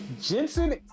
Jensen